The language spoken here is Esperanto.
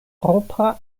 propra